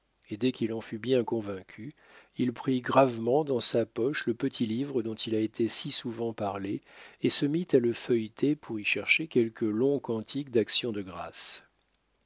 dès qu'il en fut bien convaincu il prit gravement dans sa poche le petit livre dont il a été si souvent parlé et se mit à le feuilleter pour y chercher quelque long cantique d'action de grâces